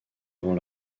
avant